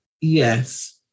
yes